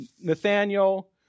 Nathaniel